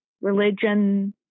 religion